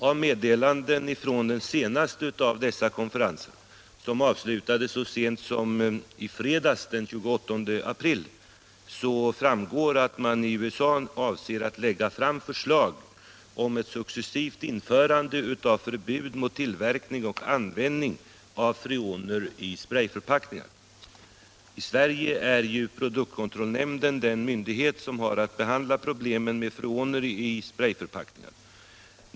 Av meddelandet från den senaste av dessa konferenser, som avslutades så sent som i fredags, framgår att man i USA avser att lägga fram förslag om ett successivt införande av förbud mot tillverkning av freoner och användning av dem i sprayförpackningar. I Sverige är produktkontrollnämnden den myndighet som har att behandla problemen med freoner i sprayförpackningar.